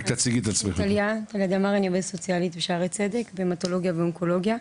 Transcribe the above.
אני טליה דמארי אני עובדת סוציאלית בשערי צדק בהמטולוגיה ואונקולוגיה.